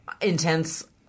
intense